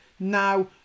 Now